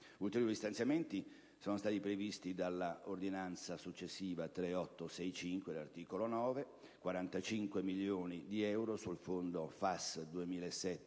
Ulteriori stanziamenti sono stati previsti dall'ordinanza successiva n. 3865, all'articolo 9: 45 milioni di euro sul fondo FAS